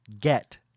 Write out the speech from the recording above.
get